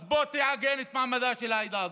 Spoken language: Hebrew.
אז בוא תעגן את מעמדה של העדה הדרוזית.